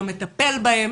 לא מטפל בהם